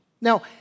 Now